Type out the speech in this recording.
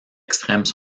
extrêmes